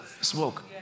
smoke